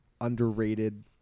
underrated